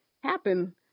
happen